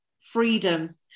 freedom